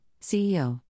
CEO